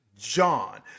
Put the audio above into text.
john